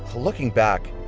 looking back,